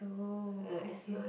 oh okay